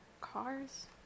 cars